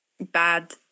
bad